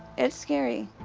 it's scary.